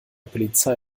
polizei